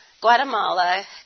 Guatemala